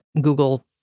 Google